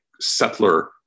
settler